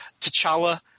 T'Challa